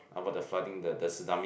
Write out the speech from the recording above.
about the flooding the the tsunami